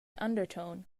undertone